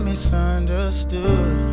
Misunderstood